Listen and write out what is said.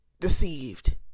deceived